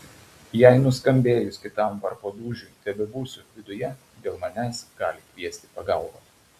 jei nuskambėjus kitam varpo dūžiui tebebūsiu viduje dėl manęs gali kviesti pagalbą